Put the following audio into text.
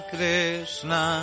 Krishna